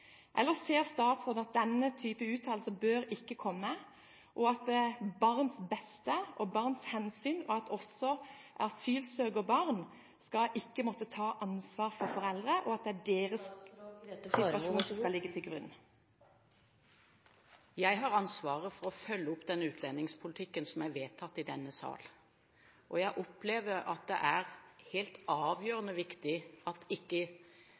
Eller ser statsråden at denne type uttalelser ikke bør komme, og at barns beste og hensynet til barn – også asylsøkerbarn – er slik at de ikke skal måtte ta ansvar for foreldre, men at det er deres situasjon som skal ligge til grunn? Jeg har ansvaret for å følge opp den utlendingspolitikken som er vedtatt i denne sal, og jeg opplever at det er helt avgjørende viktig at ikke